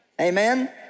amen